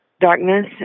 darkness